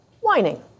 Whining